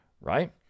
right